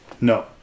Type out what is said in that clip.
No